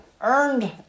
earned